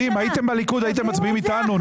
אם הייתם בליכוד, הייתם מצביעים איתנו.